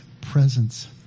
presence